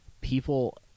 people